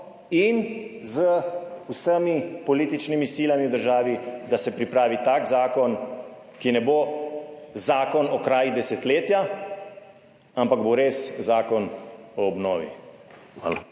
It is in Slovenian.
in z vsemi političnimi silami v državi, da se pripravi tak zakon, ki ne bo zakon o kraji desetletja, ampak bo res zakon o obnovi. Hvala.